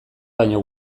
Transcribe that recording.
baino